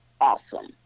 awesome